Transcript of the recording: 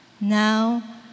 Now